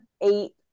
eight